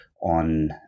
on